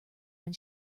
when